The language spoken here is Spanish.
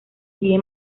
sigue